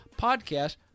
podcast